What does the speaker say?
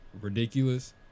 ridiculous